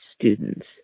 students